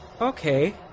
okay